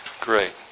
Great